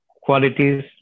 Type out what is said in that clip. qualities